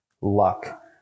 luck